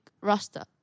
rasta